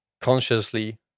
consciously